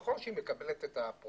זה נכון שהיא מקבלת אחוזים,